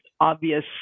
obvious